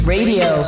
Radio